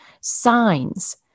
signs